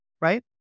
right